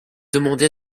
demandée